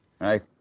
Right